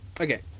Okay